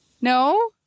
No